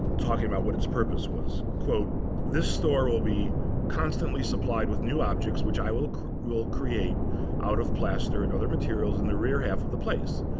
talking about what its purpose was, quote, this store will be constantly supplied with new objects, which i will will create out of plaster and other materials in the rear half of the place.